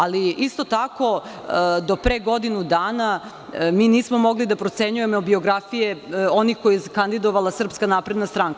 Ali, isto tako do pre godinu dana mi nismo mogli da procenjujemo biografije onih koje je kandidovala SNS.